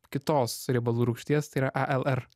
kitos riebalų rūgšties tai yra alr